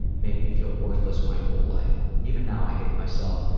made me feel worthless my whole life. even now i hate myself.